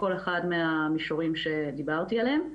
בכל אחד מהמישורים שדיברתי עליהם.